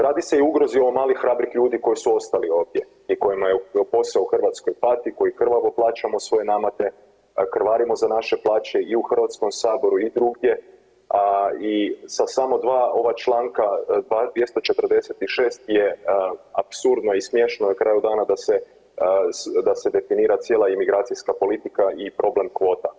Radi se i o ugrozi malih hrabrih ljudi koji su ostali ovdje i kojima posao u Hrvatskoj pati, koji krvavo plaćamo svoje namete, krvarimo za naše plaće i u Hrvatskom saboru i drugdje, a i sa samo 2 ova članka 246. je apsurdno i smješno na kraju dana da se definira cijela imigracijska politika i problem kvota.